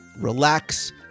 relax